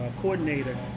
coordinator